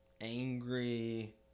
angry